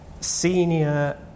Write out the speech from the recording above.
senior